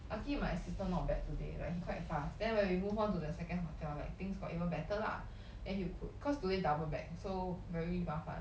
lucky my assistant not bad today like he quite fast then when we move on to the second hotel like things got even better lah and you could because today double back so very 麻烦